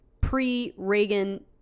pre-Reagan